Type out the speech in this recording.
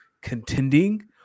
contending